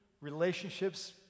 relationships